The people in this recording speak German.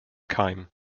keim